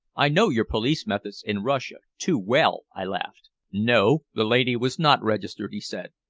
i know your police methods in russia too well, i laughed. no, the lady was not registered, he said.